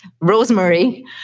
rosemary